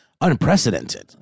unprecedented